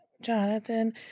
Jonathan